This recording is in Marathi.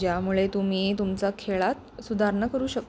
ज्यामुळे तुम्ही तुमचा खेळात सुधारणा करू शकता